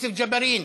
יוסף ג'בארין,